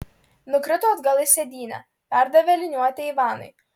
nukrito atgal į sėdynę perdavė liniuotę ivanui